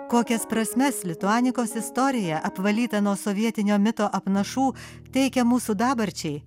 kokias prasmes lituanikos istorija apvalyta nuo sovietinio mito apnašų teikia mūsų dabarčiai